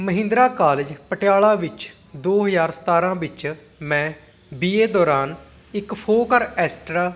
Mahindra college Patiala ਵਿੱਚ ਦੋ ਹਜ਼ਾਰ ਸਤਾਰਾਂ ਵਿੱਚ ਮੈਂ ਬੀ ਏ ਦੌਰਾਨ ਇੱਕ ਫੋਕਰ ਐਸਟਰਾ